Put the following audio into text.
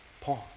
pause